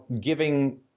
giving